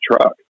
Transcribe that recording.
truck